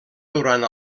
durant